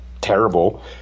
terrible